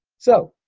so,